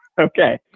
Okay